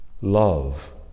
love